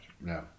no